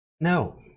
no